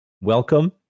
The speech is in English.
Welcome